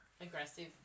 Aggressive